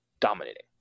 dominating